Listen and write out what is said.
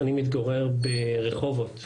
אני מתגורר ברחובות.